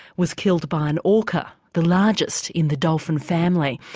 was killed by an orca the largest in the dolphin family.